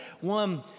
One